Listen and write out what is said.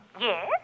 Yes